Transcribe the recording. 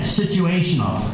situational